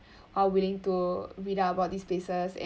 are willing to read up about these places